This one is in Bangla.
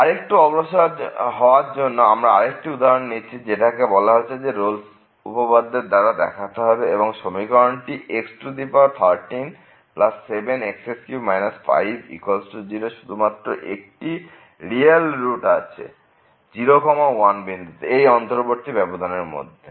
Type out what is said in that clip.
আরেকটু অগ্রসর হওয়ার জন্য আমরা আরেকটি উদাহরণ নিচ্ছি যেটা বলছে যে রোলস উপপাদ্যের দাঁড়া দেখাতে হবে যে এই সমীকরণটির x137x3 50 শুধুমাত্র একটি রিয়েল রুট আছে 01 এই অন্তর্বর্তী ব্যবধান এর মধ্যে